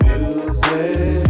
Music